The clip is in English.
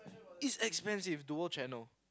it's expensive duo channel